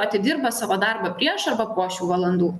atidirba savo darbą prieš arba po šių valandų